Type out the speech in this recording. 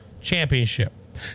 championship